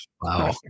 Wow